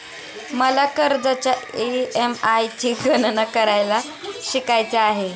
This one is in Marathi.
मला कर्जाच्या ई.एम.आय ची गणना करायला शिकायचे आहे